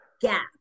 gap